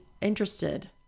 interested